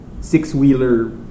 six-wheeler